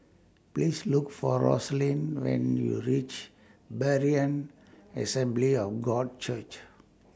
Please Look For Roslyn when YOU REACH Berean Assembly of God Church